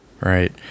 right